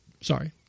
Sorry